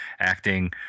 acting